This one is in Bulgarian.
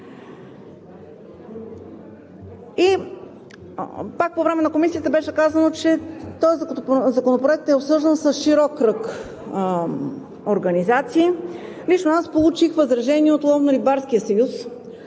пак по време на Комисията беше казано, че този законопроект е обсъждан с широк кръг организации. Лично аз получих възражения от Ловно-рибарския съюз,